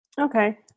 Okay